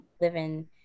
living